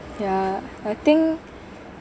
yeah I think